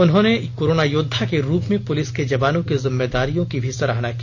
उन्होंने कोरोनायोद्वा के रूप में पूलिस के जवानों की जिम्मेदारियों की भी सराहना की